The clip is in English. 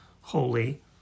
holy